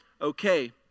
okay